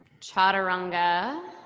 Chaturanga